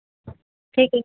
ঠিকই